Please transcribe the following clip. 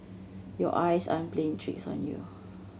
your eyes aren't playing tricks on you